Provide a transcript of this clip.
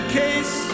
case